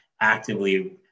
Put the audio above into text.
actively